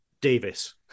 davis